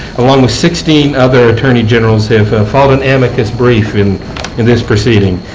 along with sixteen other attorney generals, have filed an amicus brief in in this proceeding.